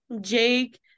Jake